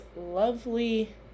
lovely